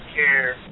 care